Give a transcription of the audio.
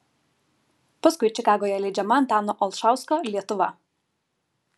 paskui čikagoje leidžiama antano olšausko lietuva